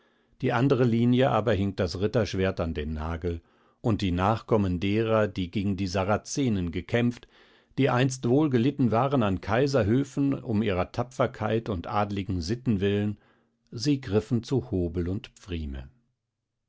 die andere linie aber hing das ritterschwert an den nagel und die nachkommen derer die gegen die saracenen gekämpft die einst wohlgelitten waren an kaiserhöfen um ihrer tapferkeit und adligen sitten willen sie griffen zu hobel und pfrieme